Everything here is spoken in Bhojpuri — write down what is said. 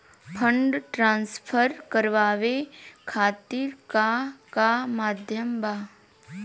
फंड ट्रांसफर करवाये खातीर का का माध्यम बा?